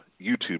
YouTube